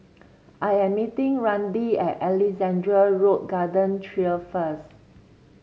I am meeting Randy at Alexandra Road Garden Trail first